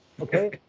Okay